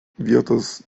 vietos